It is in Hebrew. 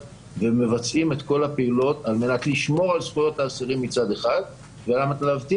וכנ"ל גם לגבי